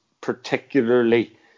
particularly